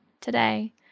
today